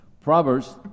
Proverbs